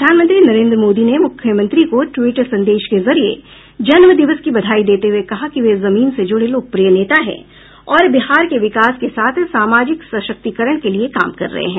प्रधानमंत्री नरेन्द्र मोदी ने मुख्यमंत्री को ट्वीट संदेश के जरिये जन्मदिवस की बधाई देते हुए कहा कि वे जमीन से जुड़े लोकप्रिय नेता हैं और बिहार के विकास के साथ सामाजिक सशक्तीकरण के लिये काम कर रहे हैं